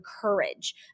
courage